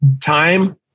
Time